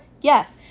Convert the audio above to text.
Yes